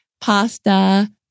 pasta